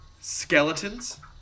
skeletons